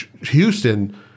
Houston